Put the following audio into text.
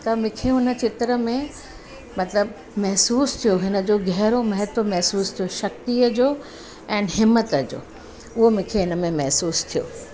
त मूंखे हुन चित्र में मतलबु महिसूसु थियो हिनजो गहरो महत्व महिसूसु थियो शक्तिअ जो ऐंड हिम्मत जो उहो मूंखे हिन में महिसूसु थियो